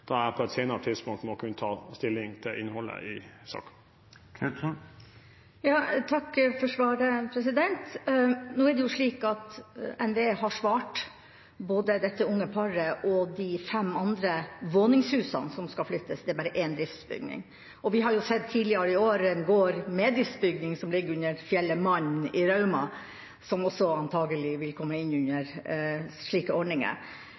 jeg må på et senere tidspunkt kunne ta stilling til innholdet i saken. Jeg takker for svaret. Nå er det jo slik at NVE har svart både dette unge paret og de fem andre med våningshus som skal flyttes, det er bare én driftsbygning. Vi har jo sett tidligere i år en gård med driftsbygning som ligger under fjellet Mannen i Rauma, som også antakelig vil komme inn under slike ordninger.